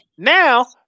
Now